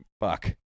fuck